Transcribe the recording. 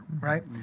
right